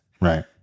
Right